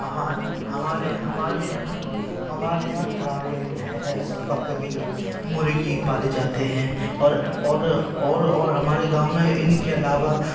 ہمارے ہمارے ہمارے یہاں ہمارے یہاں گائے بھینس بکری مرغی پالے جاتے ہیں اور اور اور اور ہمارے گاؤں میں ان كے علاوہ